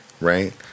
right